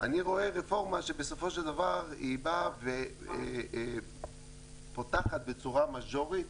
אני רואה רפורמה שבסופו של דבר באה ופותחת בצורה מאז'ורית